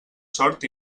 sort